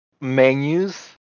menus